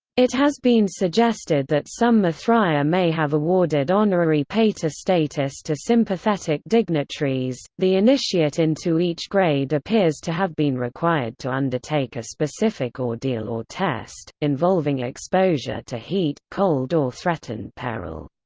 it has been suggested that some mithraea may have awarded honorary pater status to sympathetic dignitaries the initiate into each grade appears to have been required to undertake a specific ordeal or test, involving exposure to heat, cold or threatened peril.